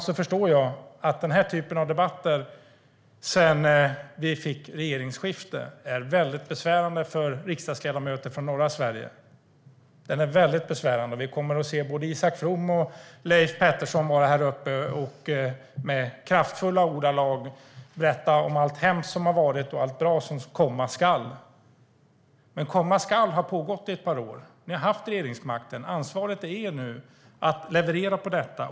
Jag förstår att den här typen av debatter sedan regeringsskiftet är besvärande för riksdagsledamöter från norra Sverige. Vi kommer att få se både Isak From och Leif Pettersson med kraftfulla ordalag berätta om allt hemskt som har varit och allt bra som komma skall. Men komma skall har pågått ett par år. Ni har haft regeringsmakten. Ansvaret är ert att leverera.